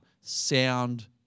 Sound